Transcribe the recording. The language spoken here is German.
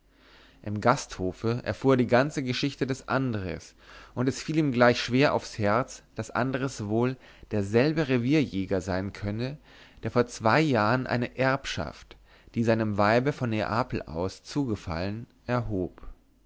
im gasthofe erfuhr er die ganze geschichte des andres und es fiel ihm gleich schwer aufs herz daß andres wohl derselbe revierjäger sein könne der vor zwei jahren eine erbschaft die seinem weibe von neapel aus zugefallen erhob